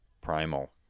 primal